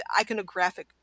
iconographic